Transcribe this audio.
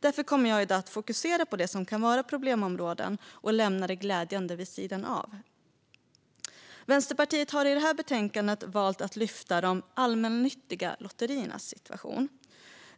Därför kommer jag i dag att fokusera på det som kan vara problemområden och lämna det glädjande vid sidan av. Vänsterpartiet har i detta betänkande valt att lyfta fram de allmännyttiga lotteriernas situation.